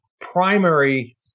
primary